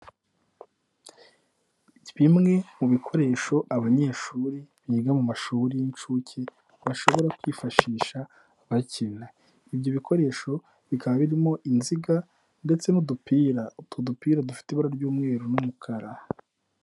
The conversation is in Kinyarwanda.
Bimwe mu bikoresho abanyeshuri biga mu mashuri y'inshuke bashobora kwifashisha abakina. Ibyo bikoresho bikaba birimo inziga ndetse n'udupira. Utu dupira dufite ibara ry'umweru n'umukara.